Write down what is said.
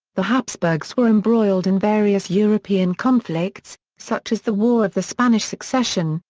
the habsburgs were embroiled in various european conflicts, such as the war of the spanish succession,